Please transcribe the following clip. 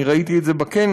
אני ראיתי את זה בכנס,